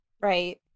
Right